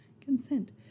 Consent